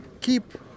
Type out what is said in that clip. keep